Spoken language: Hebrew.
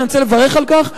אני רוצה לברך על כך,